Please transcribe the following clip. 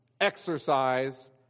exercise